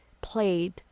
played